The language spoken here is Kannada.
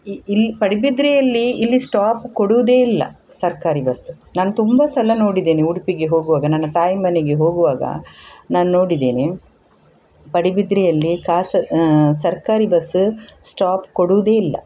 ಇ ಇಲ್ಲಿ ಪಡುಬಿದ್ರೆಯಲ್ಲಿ ಇಲ್ಲಿ ಸ್ಟಾಪ್ ಕೊಡೋದೇ ಇಲ್ಲ ಸರ್ಕಾರಿ ಬಸ್ಸು ನಾನು ತುಂಬ ಸಲ ನೋಡಿದ್ದೇನೆ ಉಡುಪಿಗೆ ಹೋಗುವಾಗ ನನ್ನ ತಾಯಿ ಮನೆಗೆ ಹೋಗುವಾಗ ನಾನು ನೋಡಿದ್ದೇನೆ ಪಡುಬಿದ್ರೆಯಲ್ಲಿ ಕಾಸ ಸರ್ಕಾರಿ ಬಸ್ಸು ಸ್ಟಾಪ್ ಕೊಡೋದೇ ಇಲ್ಲ